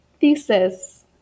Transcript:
thesis